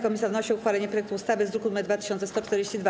Komisja wnosi o uchwalenie projektu ustawy z druku nr 2142.